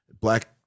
black